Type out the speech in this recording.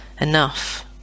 enough